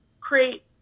create